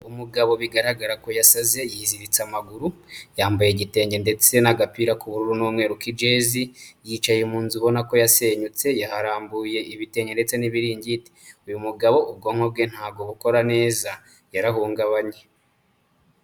Umugabo bigaragara ko yasaze, yiziritse amaguru, yambaye igitenge ndetse n'agapira k'ubururu n'umweru k'ijezi, yicaye mu nzu ubona ko yasenyutse, yaharambuye ibitenge ndetse n'ibiringiti, uyu mugabo ubwonko bwe ntabwo bukora neza yarahungabanye.